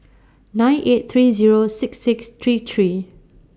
nine eight three Zero six six three three